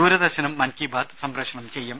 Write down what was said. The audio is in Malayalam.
ദൂരദർശനും മൻകീ ബാത് സംപ്രേഷണം ചെയ്യും